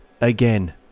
again